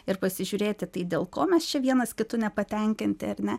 ir pasižiūrėti tai dėl ko mes čia vienas kitu nepatenkinti ar ne